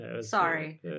Sorry